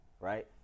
right